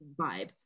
vibe